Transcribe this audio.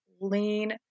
lean